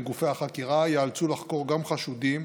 גופי החקירה ייאלצו לחקור גם חשודים,